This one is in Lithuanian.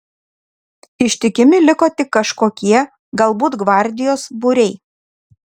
ištikimi liko tik kažkokie galbūt gvardijos būriai